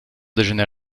déjeuner